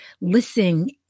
listening